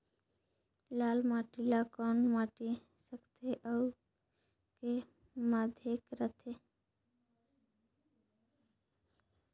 लाल माटी ला कौन माटी सकथे अउ के माधेक राथे?